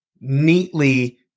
neatly